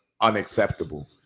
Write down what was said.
unacceptable